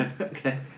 Okay